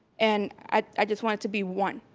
and i just want it to be one.